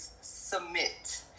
submit